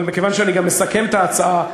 מכיוון שאני גם מסכם את ההצעה,